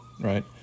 right